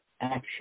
action